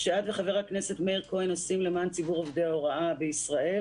שאת וחבר הכנסת מאיר כהן עושים למען ציבור עובדי ההוראה בישראל.